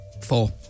four